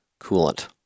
coolant